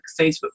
Facebook